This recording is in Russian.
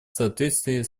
соответствии